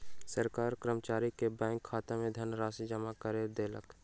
सरकार कर्मचारी के बैंक खाता में धनराशि जमा कय देलक